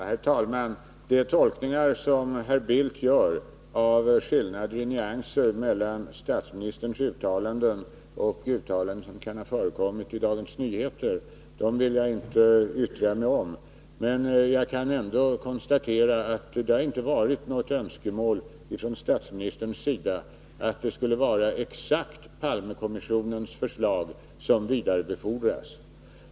Herr talman! De tolkningar som herr Bildt gör av skillnader i nyanser mellan statsministerns uttalanden och uttalanden som kan ha förekommit i Dagens Nyheter vill jag inte yttra mig om. Men jag kan ändå konstatera att det inte har varit något önskemål från statsministerns sida att det skulle vara exakt Palmekommissionens förslag som vidarebefordras.